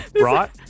right